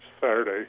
Saturday